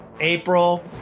April